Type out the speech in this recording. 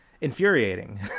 infuriating